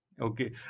Okay